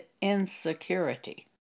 insecurity